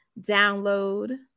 Download